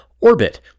orbit